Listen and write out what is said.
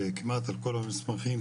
כמעט על כל המסמכים,